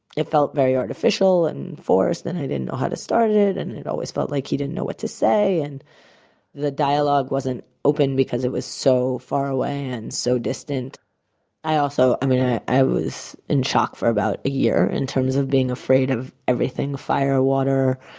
it felt very artificial and forced, and i didn't know how to start it it and it always felt like he didn't know what to say, and the dialogue wasn't open because it was so far away and so distant i also, i mean i i was in shock for about a year in terms of being afraid of everything fire, ah water,